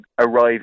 arrive